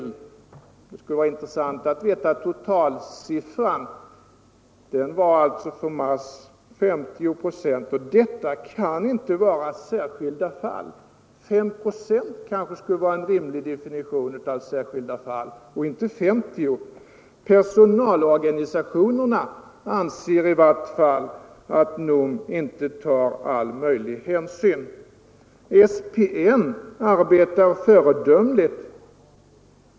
Det skulle vara intressant att veta totalsiffran, som för mars var 50 procent. Så stort antal kan inte vara ”särskilda fall”. 5 procent skulle vara en rimlig andel för ”särskilda fall”, och inte 50! Personalorganisationerna anser i vart fall att NOM inte tar all möjlig hänsyn. SPN arbetar föredömligt, sade statsrådet.